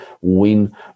win